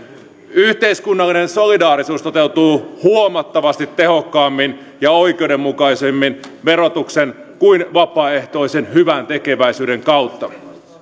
yhteiskunnallinen solidaarisuus toteutuu huomattavasti tehokkaammin ja oikeudenmukaisemmin verotuksen kuin vapaaehtoisen hyväntekeväisyyden kautta